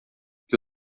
que